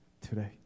today